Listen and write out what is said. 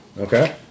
Okay